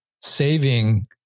saving